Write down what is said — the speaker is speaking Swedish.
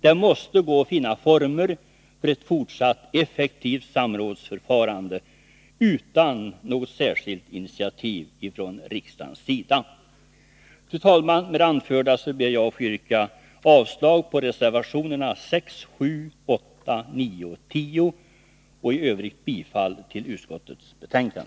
Det måste gå att finna former för ett fortsatt effektivt samrådsförfarande, utan något särskilt initiativ från riksdagens sida. Fru talman! Med det anförda ber jag att få yrka avslag på reservationerna 6, 7, 8, 9 och 10 och i övrigt bifall till utskottets hemställan.